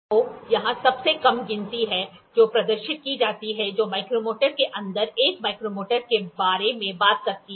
तो यहां सबसे कम गिनती है जो प्रदर्शित की जाती है जो माइक्रोमीटर के अंदर 1 माइक्रोमीटर के बारे में बात करती है